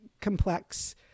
complex